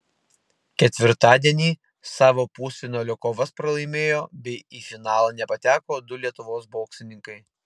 ketvirtadienį savo pusfinalio kovas pralaimėjo bei į finalą nepateko du lietuvos boksininkai